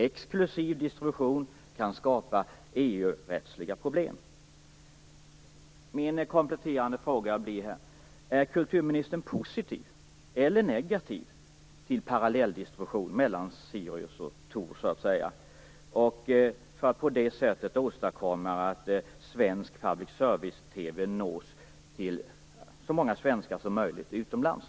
Exklusiv distribution kan skapa EU-rättsliga problem. Min kompletterande fråga blir: Är kulturministern positiv eller negativ till parallell distribution mellan Sirius och Thor för att man på det sättet skall kunna åstadkomma att svensk public service-TV når ut till så många svenskar som möjligt utomlands?